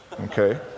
okay